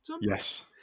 Yes